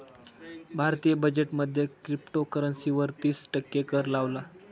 भारतीय बजेट मध्ये क्रिप्टोकरंसी वर तिस टक्के कर लावला